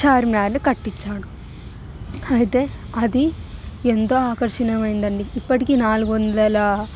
చార్మినార్ని కట్టించాడు అయితే అది ఎంత ఆకర్షణమైనదండి ఇప్పటికీ నాలుగు వందల